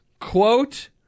quote